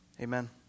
Amen